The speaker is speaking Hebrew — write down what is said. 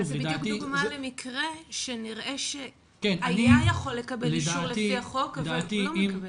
אז זה בדיוק דוגמא למקרה שנראה שהיה יכול לקבל אישור לפי החוק ולא מקבל.